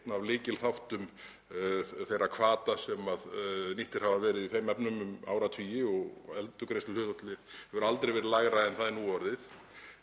af lykilþáttum þeirra hvata sem nýttir hafa verið í þeim efnum um áratugi og endurgreiðsluhlutfallið hefur aldrei verið lægra en það er nú.